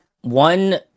One